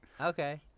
Okay